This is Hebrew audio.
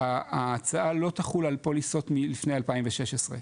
ההצעה לא תחול על פוליסות מלפני 2016,